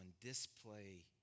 display